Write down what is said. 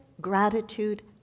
gratitude